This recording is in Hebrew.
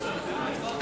היושב-ראש,